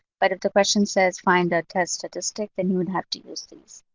but if the question says, find the test statistic, then you would have to use these.